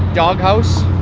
doghouse.